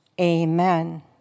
Amen